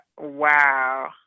Wow